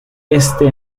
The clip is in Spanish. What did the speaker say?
este